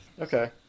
Okay